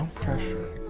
pressure.